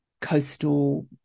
coastal